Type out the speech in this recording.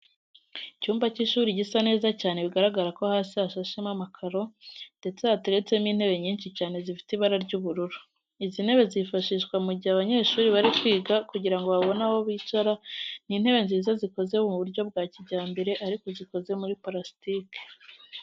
Icyumba cy'ishuri gisa neza cyane bigaragara ko hasi hasashemo amakaro ndetse hateretsemo intebe nyinshi cyane zifite ibara ry'ubururu. Izi ntebe zifashishwa mu gihe abanyeshuri bari kwiga kugira ngo babone aho bicara. Ni intebe nziza zikoze mu buryo bwa kijyambere ariko zikoze muri parasitike.